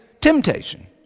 temptation